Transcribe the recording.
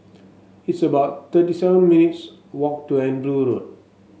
it's about thirty seven minutes' walk to Andrew Road